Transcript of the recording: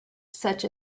such